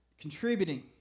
contributing